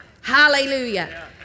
Hallelujah